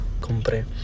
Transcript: compré